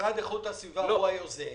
המשרד לאיכות הסביבה הוא היוזם,